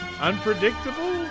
unpredictable